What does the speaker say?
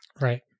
right